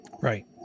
Right